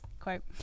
Quote